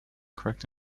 correct